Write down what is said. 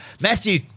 Matthew